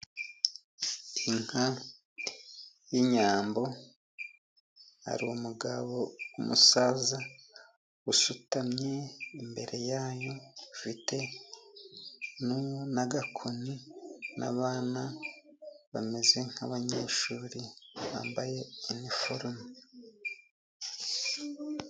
Inka y'inyambo, hari umugabo, umusaza usutamye imbere yayo, ufite n'agakoni n'abana bameze nk'abanyeshuri bambaye iniforume.